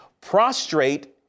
prostrate